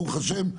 ברוך השם,